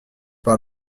par